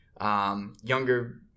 younger